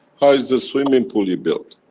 how is the swimming pool you built.